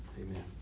Amen